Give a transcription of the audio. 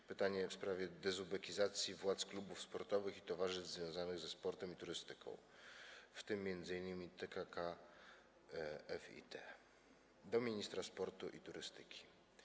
To pytanie w sprawie dezubekizacji władz klubów sportowych i towarzystw związanych ze sportem i turystyką, w tym m.in. TKKFiT, skierowane jest do ministra sportu i turystyki.